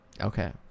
Okay